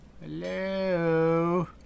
Hello